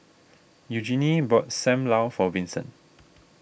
Eugenie bought Sam Lau for Vincent